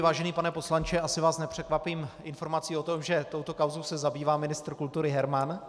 Vážený pane poslanče, asi vás nepřekvapím informací o tom, že touto kauzou se zabývá ministr kultury Herman.